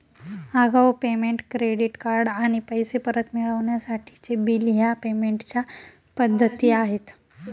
आगाऊ payment, credit card आणि पैसे परत मिळवण्यासाठीचे बिल ह्या पेमेंट च्या पद्धती आहे